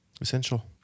Essential